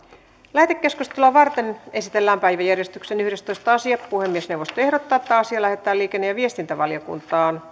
lähetekeskustelua varten esitellään päiväjärjestyksen yhdestoista asia puhemiesneuvosto ehdottaa että asia lähetetään liikenne ja viestintävaliokuntaan